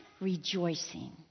rejoicing